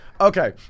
Okay